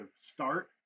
start